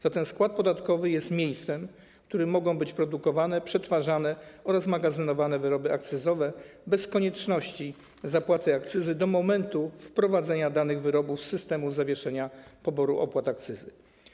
Zatem skład podatkowy jest miejscem, w którym mogą być produkowane, przetwarzane oraz magazynowane wyroby akcyzowe bez konieczności zapłaty akcyzy do momentu wprowadzenia danych wyrobów z systemu zawieszenia poboru opłat akcyzy.